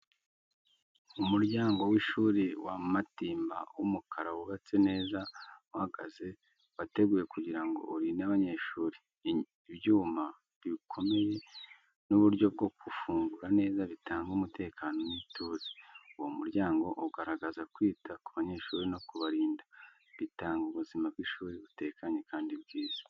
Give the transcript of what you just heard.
Umuryango w’ishuri wa Matimba w’umukara wubatse neza uhagaze, wateguwe kugira ngo urinde abanyeshuri. Ibyuma bikomeye n’uburyo bwo kuwufunga neza bitanga umutekano n’ituze. Uwo muryango ugaragaza kwita ku banyeshuri no kubarinda, bitanga ubuzima bw’ishuri butekanye kandi bwiza.